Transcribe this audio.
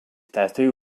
tattoo